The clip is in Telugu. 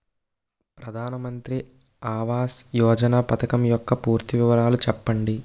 ప్రధాన మంత్రి ఆవాస్ యోజన పథకం యెక్క పూర్తి వివరాలు చెప్పండి?